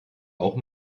auch